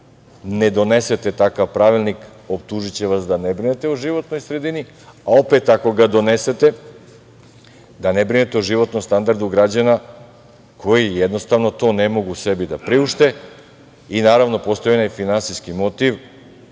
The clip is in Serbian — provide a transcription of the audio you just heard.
ne donesete takav pravilnik optužiće vas da ne brinete o životnoj sredini, a opet ako ga donesete da ne brinete o životnom standardu građana koji jednostavno to ne mogu sebi da priušte. Naravno, postoji i onaj finansijski motiv